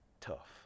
tough